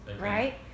right